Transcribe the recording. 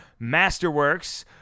Masterworks